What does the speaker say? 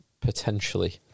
potentially